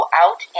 out